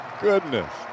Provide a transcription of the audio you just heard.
goodness